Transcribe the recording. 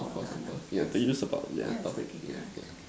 of course of course yeah but you still don't support me yeah yeah